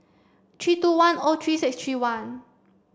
three two one O three six three one